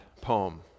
poem